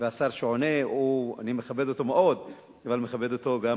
והשר שעונה אני מכבד אותו מאוד, אבל מכבד אותו גם